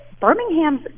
Birmingham's